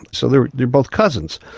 so they're they're both cousins.